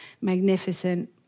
magnificent